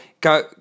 Go